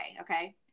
okay